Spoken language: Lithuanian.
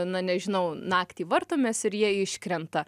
na nežinau naktį vartomės ir jie iškrenta